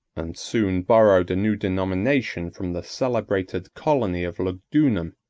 and soon borrowed a new denomination from the celebrated colony of lugdunum,